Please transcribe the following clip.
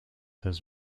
has